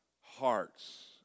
hearts